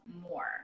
More